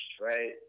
right